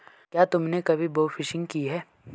क्या तुमने कभी बोफिशिंग की है?